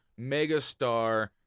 megastar